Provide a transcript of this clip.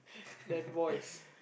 then voice